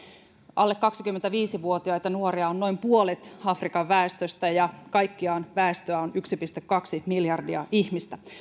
alle kaksikymmentäviisi vuotiaita nuoria on noin puolet afrikan väestöstä ja kaikkiaan väestöä on yksi pilkku kaksi miljardia ihmistä